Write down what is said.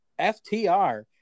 FTR